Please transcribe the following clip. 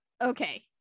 Okay